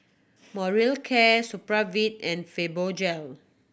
Molicare Supravit and Fibogel